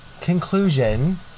conclusion